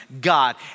God